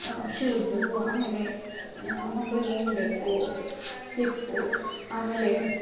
shoes ಆಮೇಲೆ ಮಕ್ಳಿಗೆ ಏನು ಬೇಕು ಸ್ಲಿಪ್ಪು ಆಮೇಲೆ